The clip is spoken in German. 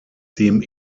dem